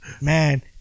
Man